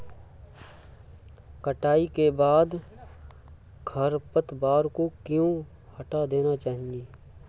कटाई के बाद खरपतवार को क्यो हटा देना चाहिए?